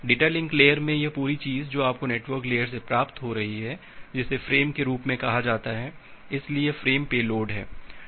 data link layer में यह पूरी चीज़ जो आपको नेटवर्क लेयर से प्राप्त हो रही है जिसे फ्रेम के रूप में कहा जाता है इसलिए यह फ़्रेम पेलोड है